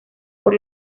por